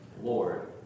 Lord